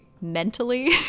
mentally